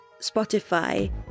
Spotify